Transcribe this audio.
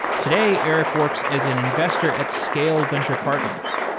today, eric works as an investor at scale venture partners.